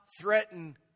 threaten